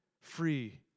free